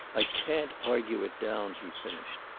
i can't argue it down, he finished.